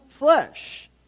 flesh